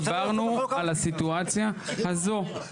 אבל אנחנו דיברנו על הסיטואציה הזאת.